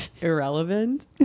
irrelevant